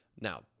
Now